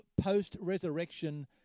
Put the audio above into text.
post-resurrection